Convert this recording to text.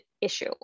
issue